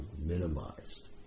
minimized